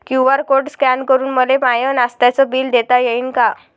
QR code scan करून मले माय नास्त्याच बिल देता येईन का?